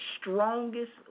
strongest